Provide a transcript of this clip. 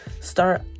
Start